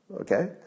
Okay